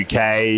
UK